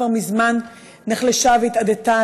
כבר מזמן נחלשה והתאדתה.